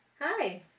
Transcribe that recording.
Hi